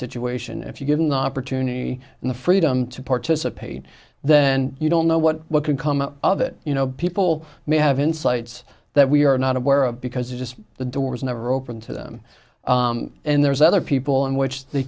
situation if you give an opportunity and the freedom to participate then you don't know what what could come out of it you know people may have insights that we are not aware of because just the door is never open to them and there's other people in which they